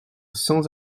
sans